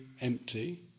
empty